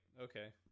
okay